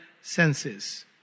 senses